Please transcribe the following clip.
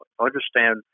understand